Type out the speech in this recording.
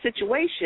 situation